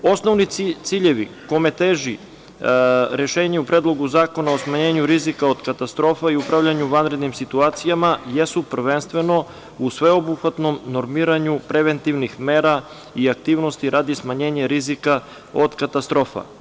Osnovni ciljevi kome teži rešenje u Predlogu zakona o smanjenju rizika od katastrofa i upravljanju u vanrednim situacijama, jesu prvenstveno u sveobuhvatnom normiranju preventivnih mera i aktivnosti radi smanjenja rizika od katastrofa.